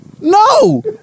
No